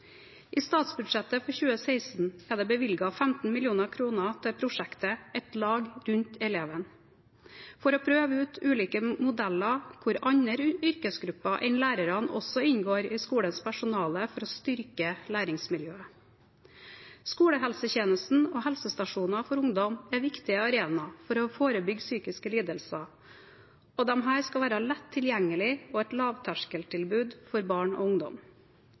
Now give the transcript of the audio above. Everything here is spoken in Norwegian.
I statsbudsjettet for 2016 er det bevilget 15 mill. kr til prosjektet «Et lag rundt eleven» for å prøve ut ulike modeller hvor andre yrkesgrupper enn lærerne også inngår i skolens personale for å styrke læringsmiljøet. Skolehelsetjenesten og helsestasjoner for ungdom er viktige arenaer for å forebygge psykiske lidelser, og disse skal være et lett tilgjengelig lavterskeltilbud for barn og ungdom.